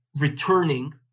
returning